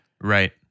Right